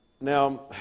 Now